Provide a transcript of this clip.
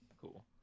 Cool